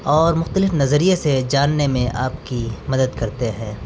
اور مختلف نظریے سے جاننے میں آپ کی مدد کرتے ہیں